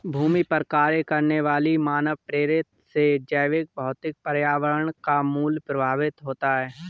भूमि पर कार्य करने वाली मानवप्रेरित से जैवभौतिक पर्यावरण का मूल्य प्रभावित होता है